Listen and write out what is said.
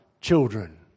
children